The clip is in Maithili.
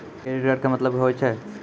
क्रेडिट कार्ड के मतलब होय छै?